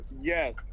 Yes